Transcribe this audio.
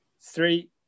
Three